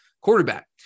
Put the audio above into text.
quarterback